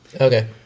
Okay